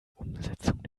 umsetzung